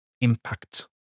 impact